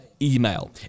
email